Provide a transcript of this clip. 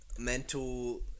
mental